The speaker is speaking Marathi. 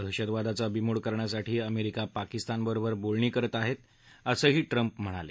दहशतवादाचा बिमोड करण्यासाठी अमेरिका पाकिस्तान बरोबर बोलणी करत आहे असंही ट्रम्प म्हणाले